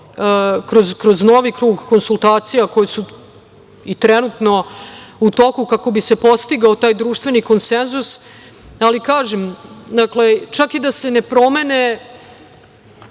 kroz novi krug konsultacija koje su i trenutno u toku kako bi se postigao taj društveni konsenzus, ali kažem, čak i da se ne promene,